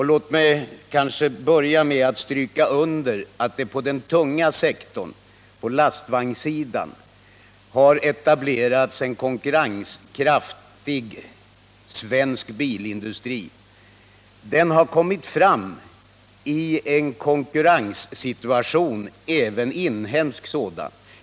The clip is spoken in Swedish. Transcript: Låt mig börja med att stryka under att det särskilt är på den tunga sektorn — på lastvagnssidan — som det etablerats en konkurrenskraftig svensk bilindustri. Den har vuxit fram i en hård konkurrens —- även inhemsk sådan.